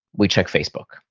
we check facebook.